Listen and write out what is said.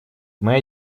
моя